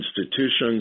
institutions